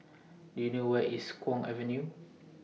Do YOU know Where IS Kwong Avenue